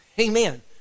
amen